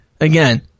again